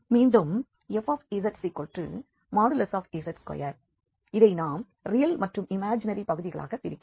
மீண்டும் fzz2 இதை நாம் ரியல் மற்றும் இமாஜினரி பகுதிகளாக பிரிக்கலாம்